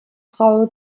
frau